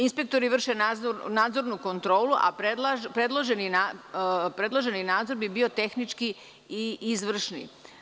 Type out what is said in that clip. Inspektori vrše nadzornu kontrolu, a predloženi nadzor bi bio tehnički i izvršni.